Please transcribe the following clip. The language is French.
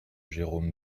jérôme